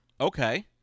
Okay